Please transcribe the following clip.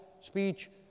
speech